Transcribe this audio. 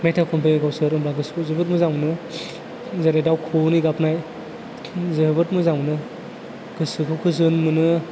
मेथाइ खनफैयो गावसोर होनबा गोसोखौ जोबोर मोजां मोनो जेरै दाउ खौवौनि गाबनाय जोबोद मोजां मोनो गोसोखौ गोजोन मोनो